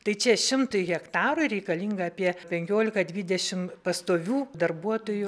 tai čia šimtui hektarų reikalinga apie penkiolika dvidešimt pastovių darbuotojų